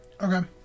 Okay